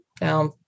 Now